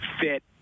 fit